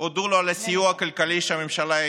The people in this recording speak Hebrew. הודו לו על הסיוע הכלכלי שהממשלה העניקה.